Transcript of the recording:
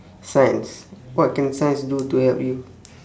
science what can science do to help you